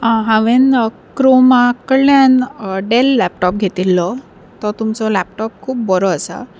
हांवेन क्रोमा कडल्यान Dell laptop घेतिल्लो तो तुमचो लॅपटॉप खूब बरो आसा